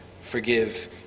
forgive